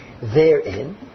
therein